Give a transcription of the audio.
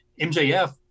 MJF